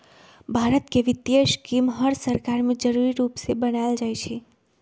भारत के वित्तीय स्कीम हर सरकार में जरूरी रूप से बनाएल जाई छई